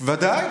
ודאי.